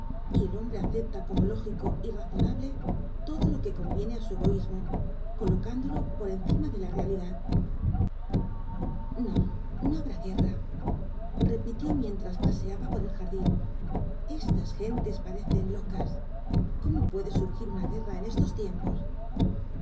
y el hombre acepta como lógico y razonable todo lo que conviene á su egoísmo colocándolo por encima de la realidad no no habrá guerra repitió mientras paseaba por el jardín estas gentes parecen locas cómo puede surgir una guerra en estos tiempos